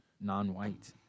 non-white